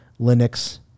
Linux